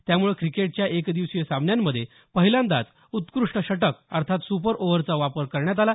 त्यामुळे क्रिकेटच्या एकदिवसीय सामन्यांमध्ये पहिल्यांदाच उत्कृष्ट षटक सुपर ओव्हरचा वापर करण्यात आला